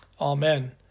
Amen